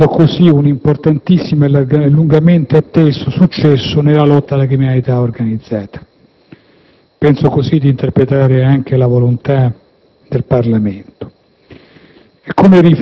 conseguendo così un importantissimo e lungamente atteso successo nella lotta alla criminalità organizzata. Penso così di interpretare anche la volontà del Parlamento.